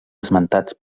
esmentats